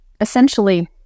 essentially